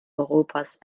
europas